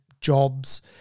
jobs